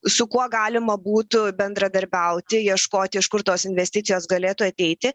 su kuo galima būtų bendradarbiauti ieškoti iš kur tos investicijos galėtų ateiti